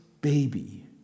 baby